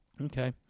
Okay